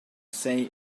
say